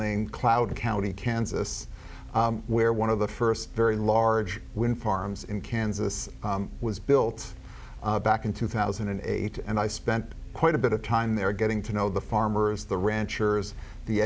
name cloud county kansas where one of the first very large wind farms in kansas was built back in two thousand and eight and i spent quite a bit of time there getting to know the farmers the ranchers the